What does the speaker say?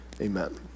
Amen